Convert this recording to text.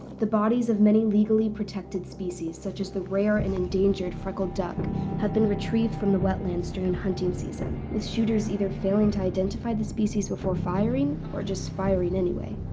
the bodies of many legally protected species such as the rare and endangered freckled duck have been retrieved from the wetlands during hunting season, with shooters either failing to identify the species before firing, or just firing anyway.